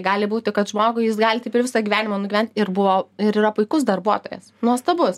gali būti kad žmogui jis gali taip ir visą gyvenimą nugyvent ir buvo ir yra puikus darbuotojas nuostabus